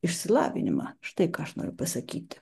išsilavinimą štai ką aš noriu pasakyti